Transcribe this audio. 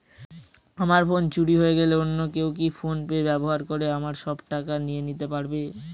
আমার ফোন চুরি হয়ে গেলে অন্য কেউ কি ফোন পে ব্যবহার করে আমার সব টাকা নিয়ে নিতে পারবে?